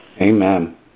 Amen